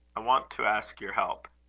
i want to ask your help.